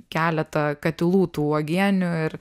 keletą katilų tų uogienių ir